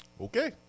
Okay